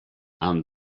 and